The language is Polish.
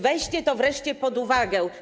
Weźcie to wreszcie pod uwagę.